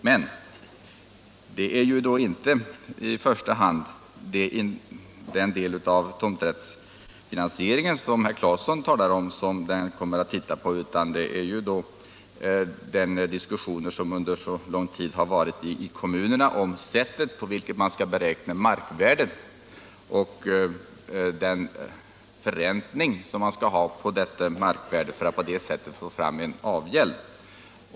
Men det är inte i första hand den del av tomträttsfinansieringen som herr Claeson talar om som den här utredningen kommer att titta på, utan det är den diskussion som under så lång tid förts ute i kommunerna om det sätt på vilket man skall beräkna markvärdet och om den förräntning man skall ha på detta markvärde för att få fram en avgäld.